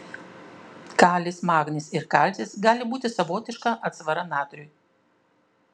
kalis magnis ir kalcis gali būti savotiška atsvara natriui